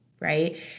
Right